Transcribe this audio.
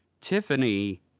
Tiffany